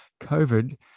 COVID